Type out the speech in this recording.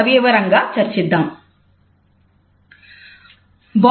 అప్పుడు మనం ఆ వాక్యాన్ని ఒక పేరాలో చేర్చి సందర్భానుసారం ఉపయోగించడానికి ప్రయత్నిద్దాం